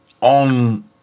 on